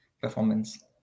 performance